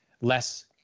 less